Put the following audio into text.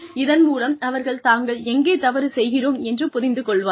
இதன் மூலம் அவர்கள் தாங்கள் எங்கே தவறு செய்கிறோம் என்று புரிந்து கொள்வார்கள்